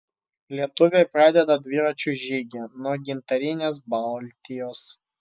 lietuviai pradeda dviračių žygį nuo gintarinės baltijos